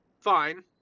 fine